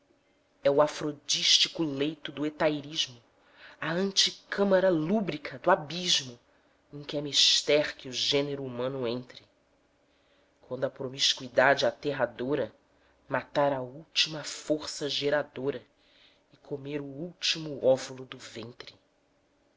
é o afrodístico leito do hetairismo a antecâmara lúbrica do abismo em que é mister que o gênero humano entre quando a promiscuidade aterradora matar a última força geradora e comer o último óvulo do ventre